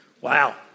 Wow